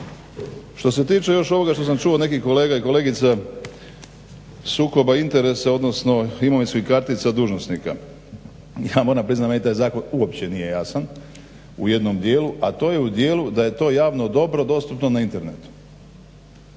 Što se tiče još ovoga što sam čuo od nekih kolega i kolegica sukoba interesa odnosno imovinskih kartica dužnosnika. Ja moram priznati da meni taj zakon uopće nije jasan u jednom dijelu, a to je u dijelu da je to javno dobro dostupno na internetu.